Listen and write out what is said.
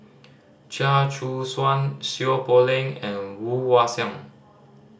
Chia Choo Suan Seow Poh Leng and Woon Wah Siang